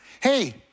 Hey